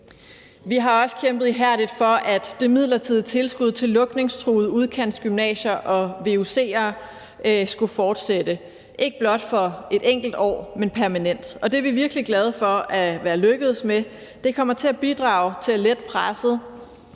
Vi har også kæmpet ihærdigt for, at det midlertidige tilskud til lukningstruede udkantsgymnasier og vuc'er skulle fortsætte, ikke blot for et enkelt år, men permanent. Og det er vi virkelig glade for at være lykkedes med. Det kommer til at bidrage til at lette presset